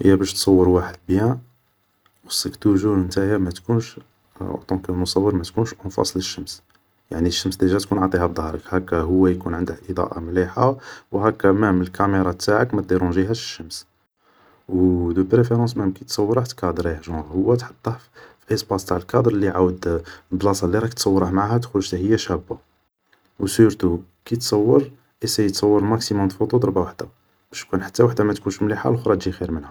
هي باش تصور واحد بيان خصك نتايا ماتكونش اوطون كمصور ما تكونش اونفاص للشمس, يعني الشمس ديجا تكون عطيها بضهرك, هاكا هو يكون عنده الاضائة مليحة و هاكا مام الكاميرة تاعك مديرونجيهاش الشمس, و دو بريفيرونس مام كي تصوره تكادريه, جونغ هو تحطه في اسباس تاع الكادر لي عاود بلاصة اللي راك تصوره معاها تخرج حتى هي شابة, و سورتو كي تصور ايسايي تصور ماكسيموم دو فوطو ضربة وحدة, باش كان حتى وحدة ما تخرجش مليحة, لخرى تجي خير منها